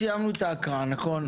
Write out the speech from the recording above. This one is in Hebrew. סיימנו את ההקראה, נכון?